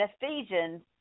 Ephesians